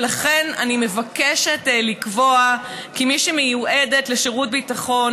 ולכן אני מבקשת לקבוע כי מי שמיועדת לשירות ביטחון